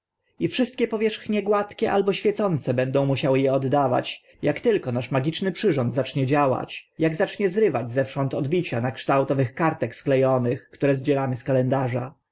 i wszystkie powierzchnie gładkie albo świecące będą musiały e oddawać ak tylko nasz magiczny przyrząd zacznie działać ak zacznie zrywać zewsząd odbicia na kształt owych kartek skle onych które zdzieramy z kalendarza